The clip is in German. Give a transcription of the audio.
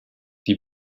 die